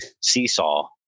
seesaw